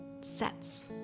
sets